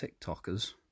TikTokers